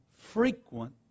frequent